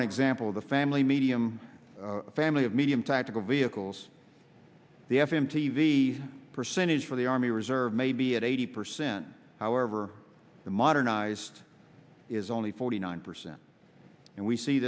one example the family medium family of medium tactical vehicles the f m t v percentage for the army reserve may be at eighty percent however the modernised is only forty nine percent and we see